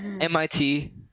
MIT